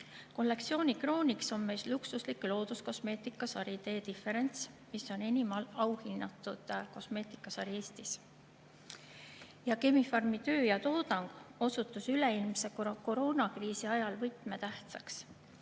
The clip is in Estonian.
Kollektsiooni krooniks on luksuslik looduskosmeetika sari D’Difference, mis on enim auhinnatud kosmeetikasari Eestis. Chemi-Pharmi töö ja toodang osutus üleilmse koroonakriisi ajal võtmetähtsaks.